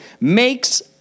makes